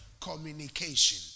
communication